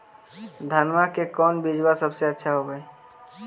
धनमा के कौन बिजबा सबसे अच्छा होव है?